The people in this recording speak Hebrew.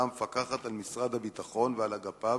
המפקחת על משרד הביטחון ועל אגפיו,